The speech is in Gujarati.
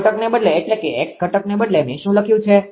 આ ઘટકને બદલે એટલે કે X ઘટકને બદલે મે શુ લખ્યું છે